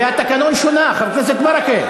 והתקנון שונה, חבר הכנסת ברכה.